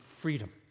freedom